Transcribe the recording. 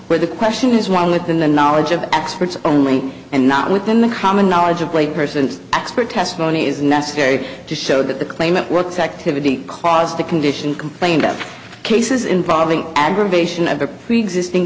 where the question is one with the knowledge of experts only and not within the common knowledge of lay persons expert testimony is necessary to show that the claimant works activity caused the condition complained of cases involving aggravation of a preexisting